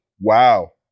Wow